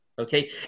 okay